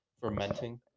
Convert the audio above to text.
Fermenting